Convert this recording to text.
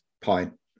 pint